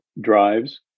drives